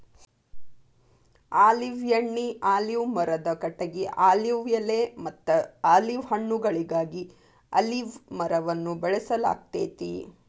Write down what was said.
olive ಎಣ್ಣಿ, olive ಮರದ ಕಟಗಿ, ಆಲಿವ್ ಎಲೆಮತ್ತ ಆಲಿವ್ ಹಣ್ಣುಗಳಿಗಾಗಿ ಅಲಿವ್ ಮರವನ್ನ ಬೆಳಸಲಾಗ್ತೇತಿ